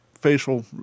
facial